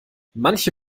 manche